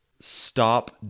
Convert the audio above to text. Stop